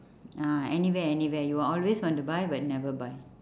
ah anywhere anywhere you always want to buy but never buy